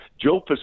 joe